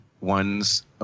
one's